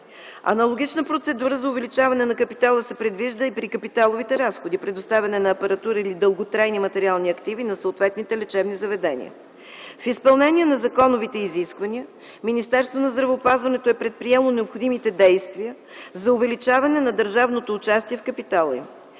Аналогична процедура за увеличаване на капитала се предвижда и при капиталовите разходи – предоставяне на апаратура или дълготрайни материални активи на съответните лечебни заведения. В изпълнение на законовите изисквания Министерството на здравеопазването е предприело необходимите действия за увеличаване на държавното участие в капитала им.